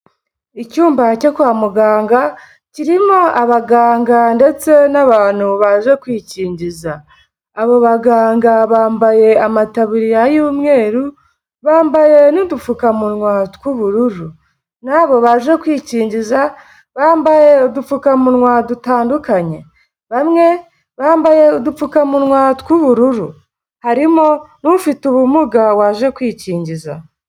Icyumba cyo kwa muganga, kirimo abaganga ndetse n'abantu baje kwikingiza. Abo baganga bambaye amatabiriya y'umweru bambaye n'udupfukamunwa tw'ubururu, nabo baje kwikingiza bambaye udupfukamunwa dutandukanye. Bamwe bambaye udupfukamunwa tw'ubururu harimo n'ufite ubumuga waje kwikingiza.